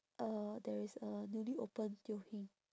uh there is a newly opened teo heng